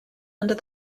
under